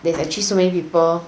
there's actually so many people